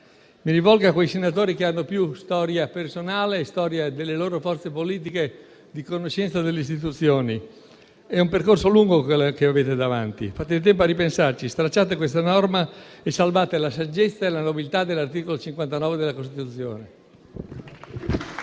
Mi rivolgo a quei senatori che hanno più storia personale e storia delle loro forze politiche e di conoscenza delle istituzioni. È un percorso lungo quello che avete davanti. Fate in tempo a ripensarci: stralciate questa norma e salvate la saggezza e la nobiltà dell'articolo 59 della Costituzione.